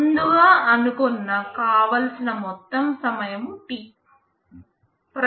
ముందుగా అనుకున్న కావలసిన మొత్తము సమయం T